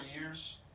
years